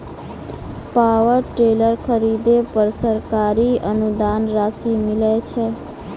Power tiller खरीदे पर सरकारी अनुदान राशि मिलय छैय?